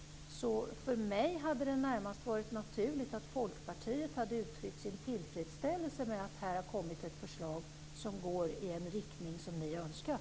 För mig hade det därför närmast varit naturligt att Folkpartiet hade uttryckt sin tillfredsställelse med att det kommit ett förslag som går i den riktning ni önskar.